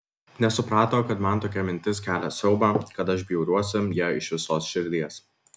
nesuprato kad man tokia mintis kelia siaubą kad aš bjauriuosi ja iš visos širdies